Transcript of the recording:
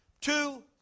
Two